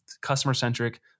customer-centric